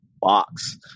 box